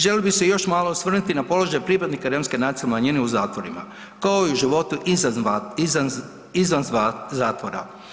Želio bih se još malo osvrnuti na položaj pripadnika Romska nacionalne manjine u zatvorima, kao i u životu izvan zatvora.